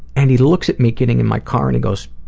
and he looks at me getting in my car and he goes,